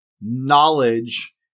knowledge